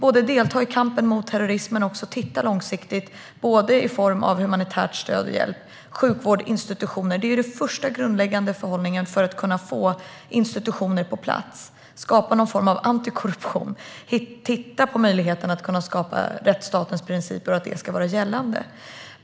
Man deltar i kampen mot terrorismen men hjälper också långsiktigt i form av humanitärt stöd och hjälp till sjukvård och institutioner. Det är det första och grundläggande för att få institutioner på plats och skapa någon form av antikorruption - och för möjligheten att skapa rättsstatens principer och att de ska vara gällande.